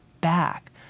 back